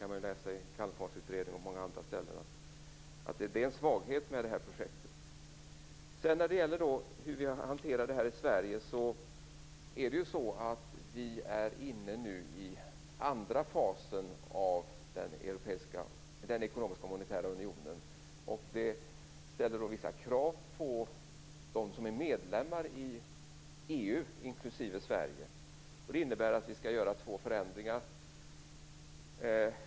Man kan läsa om den i Calmforsutredningen och på många andra ställen. Det är en svaghet med det här projektet. När det gäller hur vi skall hantera det här i Sverige, är det ju så att vi nu är inne i den andra fasen av den ekonomiska och monetära unionen. Det ställer vissa krav på dem som är medlemmar i EU - också på Sverige. Vi skall göra två förändringar.